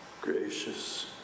Gracious